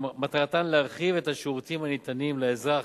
שמטרתן להרחיב את השירותים הניתנים לאזרח.